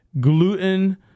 gluten